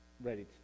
ready